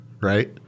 right